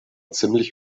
ziemlich